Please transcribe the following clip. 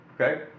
okay